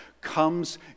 comes